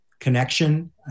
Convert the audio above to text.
connection